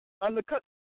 undercut